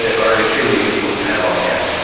ah are extremely useful to have on hand.